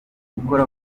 gukora